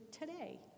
today